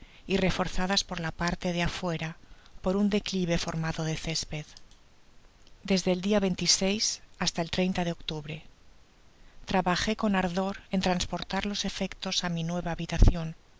y reforzadas por la parte de afuera por un declive formado de césped desde el día hasta el de octubre trabajé on ardor en transportar los efectos á mi nueva habitacion